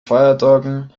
feiertagen